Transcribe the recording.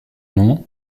nom